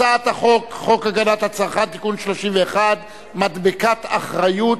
הצעת חוק הגנת הצרכן (תיקון מס' 31) (מדבקת אחריות),